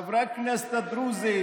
חברי הכנסת הדרוזים.